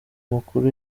amakuru